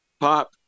Pop